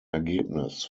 ergebnis